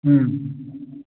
ꯎꯝ